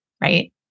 right